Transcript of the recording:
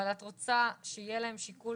אבל את רוצה שיהיה להם שיקול